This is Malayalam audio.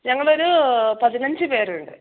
ഞങ്ങളൊരു പതിനഞ്ച് പേരുണ്ട്